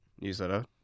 newsletter